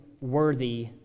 worthy